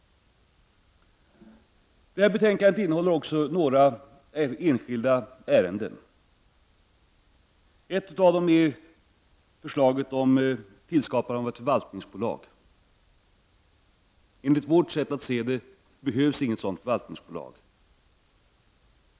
Det betänkande som vi nu behandlar tar också upp några enskilda ärenden. Ett av dessa är förslaget om tillskapandet av ett förvaltningsbolag. Enligt vårt sätt att se behövs det inte något sådant förvaltningsbolag.